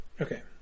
okay